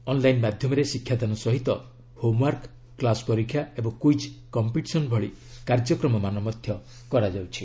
online ମାଧ୍ୟମରେ ଶିକ୍ଷାଦାନ ସହିତ ହୋମ୍ୱାର୍କ କ୍ଲାସ ପରୀକ୍ଷା ଏବଂ କୁଇଜ୍ କମ୍ପିଟିସନ ଭଳି କାର୍ଯ୍ୟକ୍ରମମାନ କରାଯାଉଛି